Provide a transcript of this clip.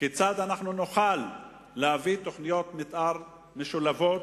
כיצד נוכל להביא תוכניות מיתאר משולבות